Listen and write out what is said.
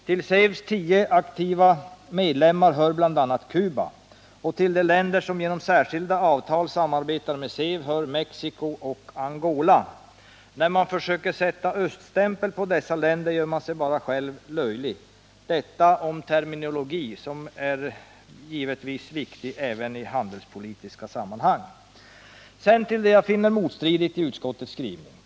Till SEV:s tio aktiva medlemmar hör bl.a. Cuba, och till de länder som genom särskilda avtal samarbetar med SEV hör Mexico och Angola. När man försöker sätta ”öststämpel” på dessa länder gör man sig bara själv löjlig. — Detta om terminologin som givetvis är viktig även i handelspolitiska sammanhang. Sedan till det jag finner motstridigt i utskottets skrivning.